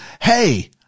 hey